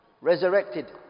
Resurrected